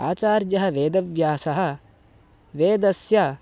आचार्यः वेदव्यासः वेदस्य